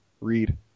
read